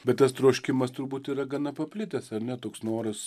bet tas troškimas turbūt yra gana paplitęs ar ne toks noras